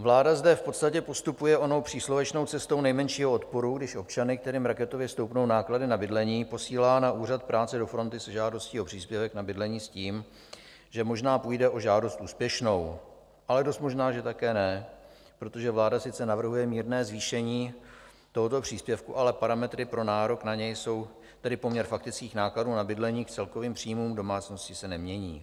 Vláda zde v podstatě postupuje onou příslovečnou cestou nejmenšího odporu, když občany, kterým raketově stoupnou náklady na bydlení, posílá na úřad práce do fronty se žádostí o příspěvek na bydlení s tím, že možná půjde o žádost úspěšnou, ale dost možná, že také ne, protože vláda sice navrhuje mírné zvýšení tohoto příspěvku, ale parametry pro nárok na něj jsou tedy poměr faktických nákladů na bydlení k celkovým příjmům domácnosti se nemění.